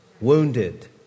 wounded